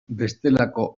bestelako